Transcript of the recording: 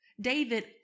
David